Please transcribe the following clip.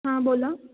हां बोला